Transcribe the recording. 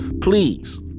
Please